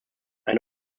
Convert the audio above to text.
eine